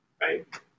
right